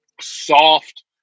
soft